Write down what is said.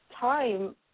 time